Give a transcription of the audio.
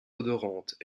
odorantes